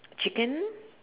chicken